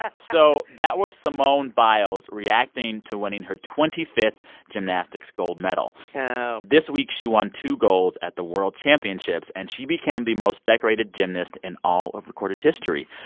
ah so that was simone biles reacting to winning her twenty fifth gymnastics gold medal oh this week, she won two golds at the world championships and she became the most decorated gymnast in all of recorded history.